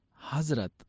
Hazrat